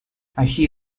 així